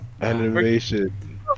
animation